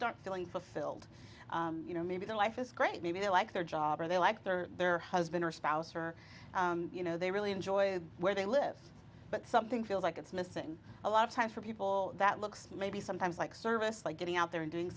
start feeling fulfilled you know maybe their life is great maybe they like their job or they like that or their husband or spouse or you know they really enjoy where they live but something feels like it's missing a lot of time for people that looks maybe sometimes like service like getting out there and doing